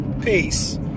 peace